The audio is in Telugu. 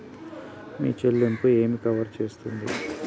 మీ చెల్లింపు ఏమి కవర్ చేస్తుంది?